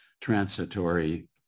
transitory